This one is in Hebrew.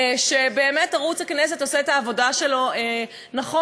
שבאמת ערוץ הכנסת עושה את העבודה שלו נכון,